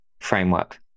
framework